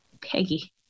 Peggy